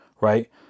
right